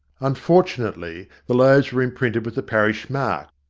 unfortunately the loaves were imprinted with the parish mark,